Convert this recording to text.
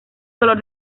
dolor